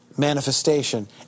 Manifestation